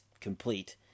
complete